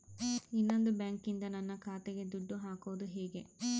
ಇನ್ನೊಂದು ಬ್ಯಾಂಕಿನಿಂದ ನನ್ನ ಖಾತೆಗೆ ದುಡ್ಡು ಹಾಕೋದು ಹೇಗೆ?